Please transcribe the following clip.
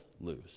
lose